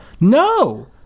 No